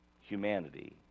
humanity